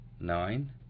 Nine